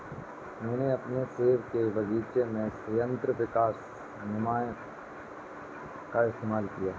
मैंने अपने सेब के बगीचे में संयंत्र विकास नियामक का इस्तेमाल किया है